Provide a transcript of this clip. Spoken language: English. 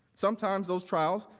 sometimes those trials